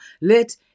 Let